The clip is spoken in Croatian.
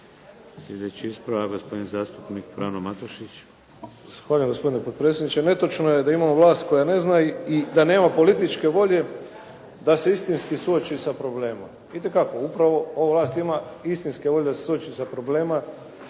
Sljedeći ispravak, gospodin zastupnik Frano Matušić. **Matušić, Frano (HDZ)** Zahvaljujem gospodine potpredsjedniče. Netočno je da imamo vlast koja ne zna i da nema političke volje da se istinski suoči sa problemom. Itekako, upravo ova vlast ima istinske volje da se suoči sa problemima,